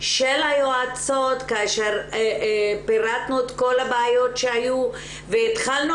של היועצות כאשר פירטנו את כל הבעיות שהיו והתחלנו